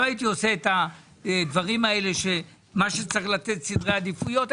לא הייתי עושה את הדברים האלה שמה שצריך לתת סדרי עדיפויות.